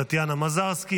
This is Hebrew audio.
טטיאנה מזרסקי,